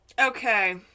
Okay